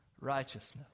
righteousness